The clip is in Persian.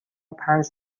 پنج